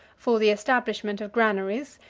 for the establishment of granaries,